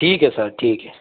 ठीक है सर ठीक है